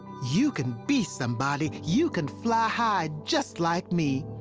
you can be somebody. you can fly high just like me.